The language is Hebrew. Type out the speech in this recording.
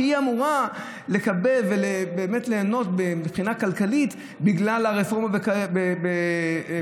שהיא אמורה לקבל וליהנות מבחינה כלכלית בגלל הרפורמה בגיור.